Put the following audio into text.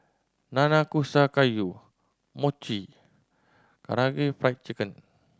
Nanakusa Gayu Mochi Karaage Fried Chicken